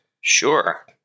Sure